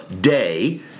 day